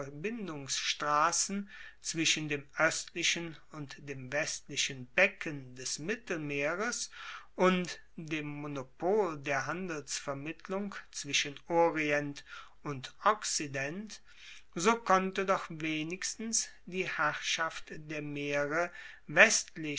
verbindungsstrassen zwischen dem oestlichen und dem westlichen becken des mittelmeeres und dem monopol der handelsvermittlung zwischen orient und okzident so konnte doch wenigstens die herrschaft der meere westlich